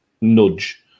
nudge